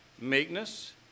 meekness